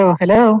hello